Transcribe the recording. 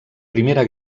primera